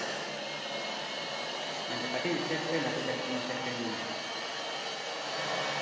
ᱟᱪᱪᱷᱟ ᱠᱟᱹᱴᱤᱡ ᱥᱮᱴ ᱥᱮ ᱞᱟᱹᱴᱩ ᱥᱮᱴ ᱪᱮᱫ ᱠᱤᱨᱤᱧ ᱞᱟᱹᱭᱮᱫᱼᱟ